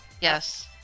Yes